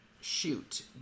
shoot